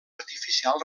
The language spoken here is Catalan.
artificial